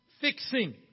fixing